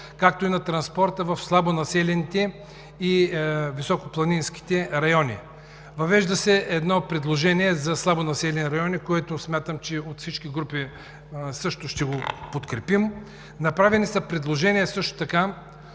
както и на транспорта в слабонаселените и високопланинските райони. Въвежда се предложение за слабонаселени райони, което смятам, че от всички групи ще го подкрепим. Направени са предложения общините